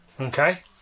Okay